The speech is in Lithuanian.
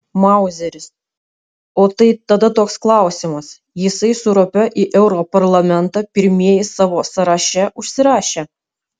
mauzeris o tai tada toks klausimas jisai su rope į europarlamentą pirmieji savo sąraše užsirašę